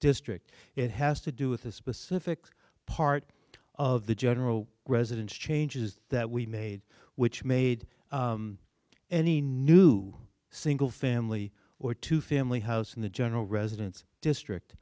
district it has to do with the specific part of the general residence changes that we made which made any new single family or two family house in the general residence district